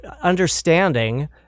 Understanding